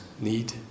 need